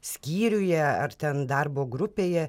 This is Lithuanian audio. skyriuje ar ten darbo grupėje